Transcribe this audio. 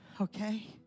Okay